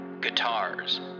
Guitars